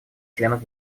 членов